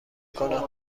کنم